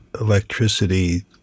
electricity